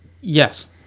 Yes